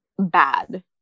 bad